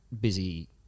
busy